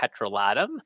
Petrolatum